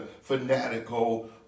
fanatical